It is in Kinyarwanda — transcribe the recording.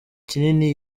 kinini